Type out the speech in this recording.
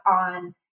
on